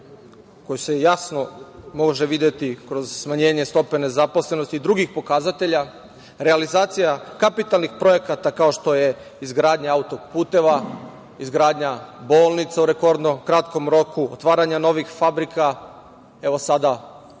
koje se jasno može videti kroz smanjenje stope nezaposlenosti i drugih pokazatelja, realizacija kapitalnih projekata kao što je izgradnja autoputeva, izgradnja bolnica u rekordno kratkom roku, otvaranja novih fabrika, sada